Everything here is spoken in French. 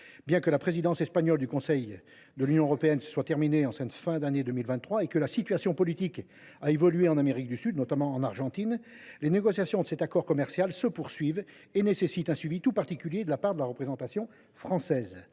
Bien que la présidence espagnole du Conseil de l’Union européenne se soit achevée à la fin de l’année 2023 et que la situation politique ait évolué en Amérique du Sud, notamment en Argentine, les négociations de cet accord commercial se poursuivent et nécessitent un suivi tout particulier de la part de la représentation française.